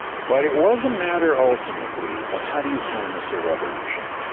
but it was a matter ultimately of how do you harness a revolution?